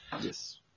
Yes